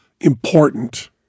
important